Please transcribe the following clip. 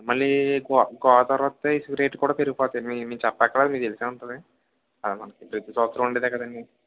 మళ్ళీ గో గోదారొత్తే ఇసుక రేట్లు కూడా పెరిగిపోతాయి మీ మేం చెప్పక్కర్లేదు మీకు తెలిసే ఉంటుంది అది మనకు ప్రతి సంవత్సరం ఉండేదే కదండి